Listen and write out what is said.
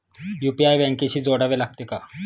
UPI बँकेशी जोडावे लागते का?